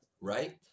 Right